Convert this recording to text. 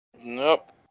Nope